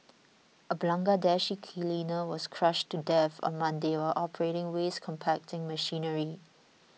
a Bangladeshi cleaner was crushed to death on Monday while operating waste compacting machinery